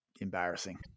embarrassing